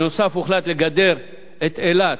נוסף על כך הוחלט לגדר את אילת,